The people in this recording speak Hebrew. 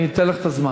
אני אתן לך את הזמן.